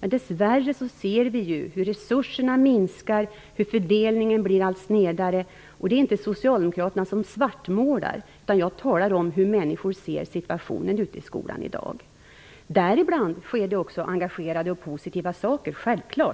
Men dess värre ser vi hur resurserna minskar, hur fördelningen blir allt snedare. Det är inte socialdemokraterna som svartmålar. Jag talar om hur människor ser situationen ute i skolorna i dag. Däribland sker också engagerade och positiva saker. Självklart.